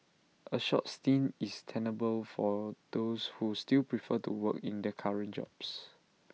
A short stint is tenable for those who still prefer to work in their current jobs